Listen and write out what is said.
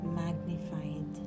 magnified